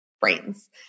brains